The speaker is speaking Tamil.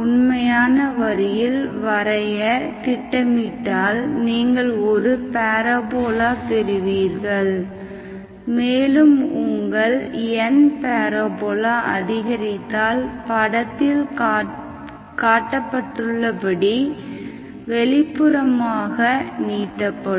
உண்மையான வரியில் வரைய திட்டமிட்டால் நீங்கள் ஒரு பேரபோலா பெறுவீர்கள் மேலும் உங்கள் n பேரபோலா அதிகரித்தால் படத்தில் காட்டப்பட்டுள்ளபடி வெளிப்புறமாக நீட்டப்படும்